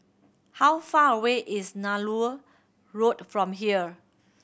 how far away is Nallur Road from here